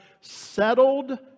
settled